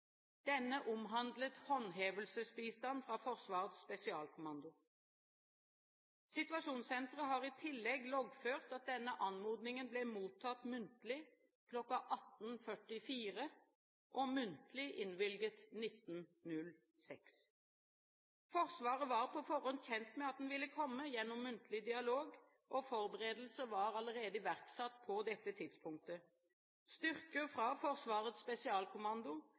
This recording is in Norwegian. Denne omhandlet håndhevelsesbistand fra Forsvarets spesialkommando. Situasjonssenteret har i tillegg loggført at denne anmodningen ble mottatt muntlig kl. 18.44, og muntlig innvilget kl. 19.06. Forsvaret var på forhånd kjent med at den ville komme gjennom muntlig dialog, og forberedelser var allerede iverksatt på dette tidspunktet. Styrker fra Forsvarets spesialkommando